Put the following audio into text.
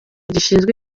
gishinzwe